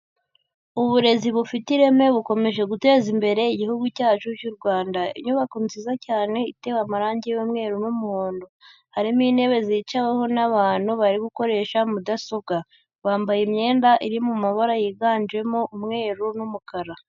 Uburezi bufite ireme bukomeje guteza imbere igihugu cyacu cy'u Rwanda. Inyubako nziza cyane itewe amarangi y'umweru n'umuhondo, harimo intebe zicaweho n'abantu bari gukoresha mudasobwa, bambaye imyenda iri mu mabara yiganjemo umweru n'umukara.